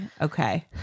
okay